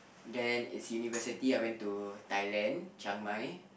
and then it's university I went to Thailand Chiang-mai